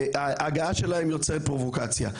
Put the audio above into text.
ההגעה שלהן יוצרת פרובוקציה.